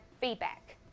feedback